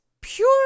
Pure